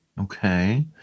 Okay